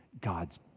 God's